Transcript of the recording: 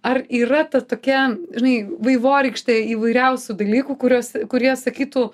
ar yra ta tokia žinai vaivorykštė įvairiausių dalykų kuriuos kurie sakytų